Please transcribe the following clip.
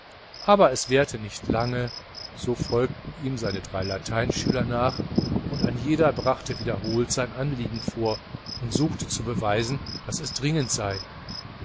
aber es währte nicht lang so folgten ihm seine drei lateinschüler nach und ein jeder brachte wiederholt sein anliegen vor und suchte zu beweisen daß es dringend sei